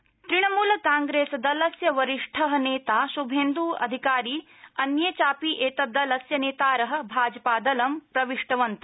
शुभेन्दु तृणमूल कांप्रेस् दलस्य वरिष्टः नेता श्भेन्द् अधिकारी अन्ये चापि एतत् दलस्य नेतार भाजपादलं प्रविष्टवन्त